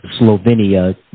Slovenia